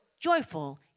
joyful